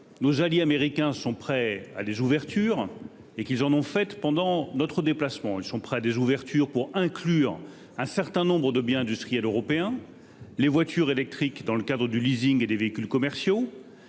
nos alliés américains sont prêts à des ouvertures. Ils en ont d'ailleurs fait pendant notre déplacement. Ainsi, ils sont prêts à des ouvertures pour inclure un certain nombre de biens industriels européens : les voitures électriques dans le cadre du et des véhicules commerciaux,